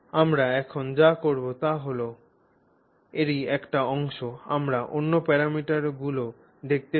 আমরা এখন যা করব তা হল এরই একটি অংশ আমরা অন্য প্যারামিটার গুলিও দেখতে চাই